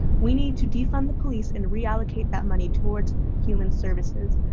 we need to defund the police and reallocate that money towards human services,